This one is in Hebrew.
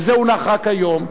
וזה הונח רק היום,